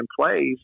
plays